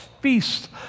feast